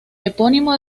epónimo